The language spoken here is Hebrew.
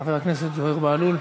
חבר הכנסת זוהיר בהלול.